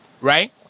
right